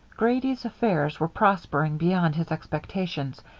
grady's affairs were prospering beyond his expectations,